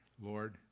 Lord